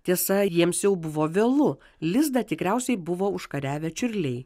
tiesa jiems jau buvo vėlu lizdą tikriausiai buvo užkariavę čiurliai